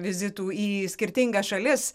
vizitų į skirtingas šalis